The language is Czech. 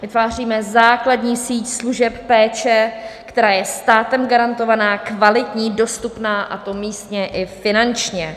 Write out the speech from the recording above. Vytváříme základní síť služeb péče, která je státem garantovaná, kvalitní, dostupná, a to místně i finančně.